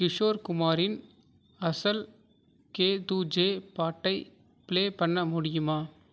கிஷோர் குமாரின் அசல் கே துஜே பாட்டை பிளே பண்ண முடியுமா